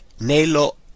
Nello